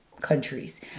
countries